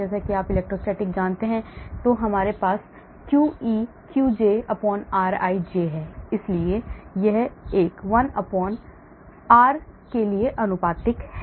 जैसा कि आप इलेक्ट्रोस्टैटिक जानते हैं कि हमारे पास क्यूई क्यूजे रिज है इसलिए यह 1 आर के लिए आनुपातिक है